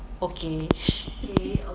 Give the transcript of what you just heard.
okay